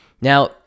Now